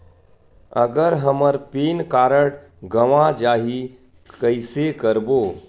अगर हमर PAN card गवां जाही कइसे करबो?